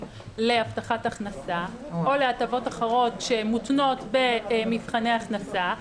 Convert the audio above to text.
להבטחת הכנסה או להטבות אחרות שמותנות במבחני הכנסה,